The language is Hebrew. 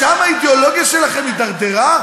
לשם האידיאולוגיה שלכם התדרדרה?